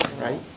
Right